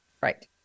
right